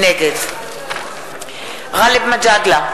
נגד גאלב מג'אדלה,